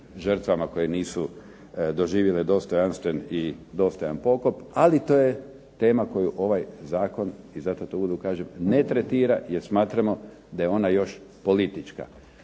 žrtvama koje nisu doživjele dostojanstven i dostojan pokop. Ali to je tema koju ovaj zakon, i zato to u uvodu kažem, ne tretira jer smatramo da je ona još politička.